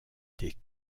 des